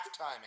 halftime